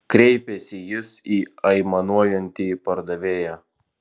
kreipėsi jis į aimanuojantį pardavėją